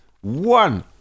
One